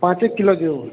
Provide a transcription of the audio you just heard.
પાંચેક કિલો જેવુ